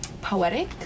poetic